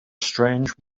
strange